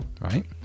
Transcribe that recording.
right